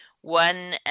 one